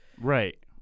right